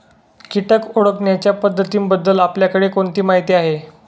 कीटक ओळखण्याच्या पद्धतींबद्दल आपल्याकडे कोणती माहिती आहे?